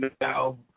now